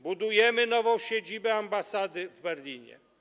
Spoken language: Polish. Budujemy nową siedzibę ambasady w Berlinie.